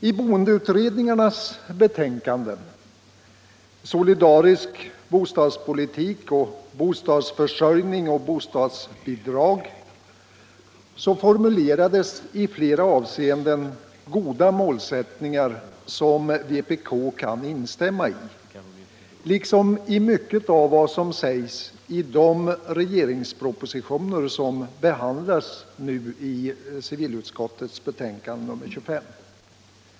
I boendeutredningarnas betänkanden, Solidarisk bostadspolitik och goda målsättningar, som vpk kan instämma i, liksom i mycket av vad som sägs i de propositioner som nu behandlas i civilutskottets betänkande 77 nr 25.